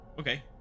Okay